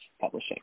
publishing